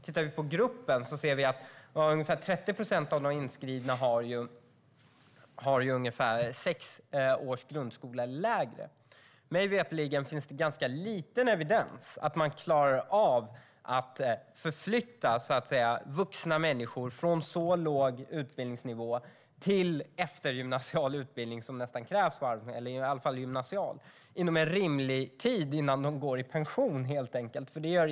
I själva gruppen ser vi att ungefär 30 procent av de inskrivna har ungefär sex års grundskola eller mindre. Mig veterligen finns det ganska liten evidens för att man klarar av att förflytta vuxna människor från en så låg utbildningsnivå till eftergymnasial utbildning eller i varje fall gymnasial utbildning, vilket nästan är det som krävs på arbetsmarknaden, inom en rimlig tid innan de helt enkelt går i pension.